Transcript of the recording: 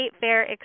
Fair